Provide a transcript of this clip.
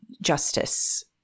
justice